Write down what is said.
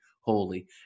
holy